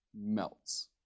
melts